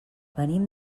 venim